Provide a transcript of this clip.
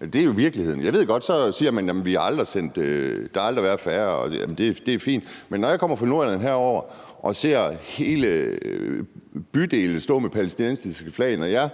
Det er jo virkeligheden. Jeg ved godt, at man så siger, at der aldrig har været færre. Det er fint, men når jeg kommer herover fra Nordjylland og ser hele bydele stå med palæstinensiske flag, når jeg